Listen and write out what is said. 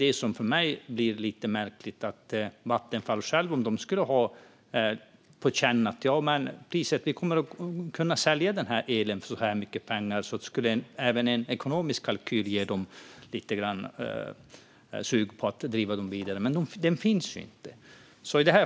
Det blir lite märkligt för mig, för om Vattenfall såg att de kommer att kunna sälja den här elen för en viss summa pengar skulle de ha även en ekonomisk kalkyl som gav ett sug att driva detta vidare - men den kalkylen finns ju inte.